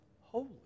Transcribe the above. holy